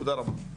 תודה רבה.